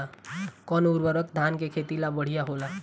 कौन उर्वरक धान के खेती ला बढ़िया होला तनी बताई?